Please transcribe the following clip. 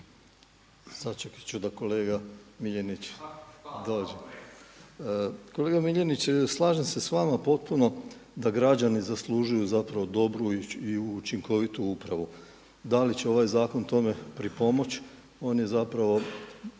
Sačekati ću da kolega Miljenić dođe. Kolega Miljenić, slažem se s vama potpuno da građani zaslužuju zapravo dobru i učinkovitu upravu. Da li će ovaj zakon tome pripomoći on je zapravo,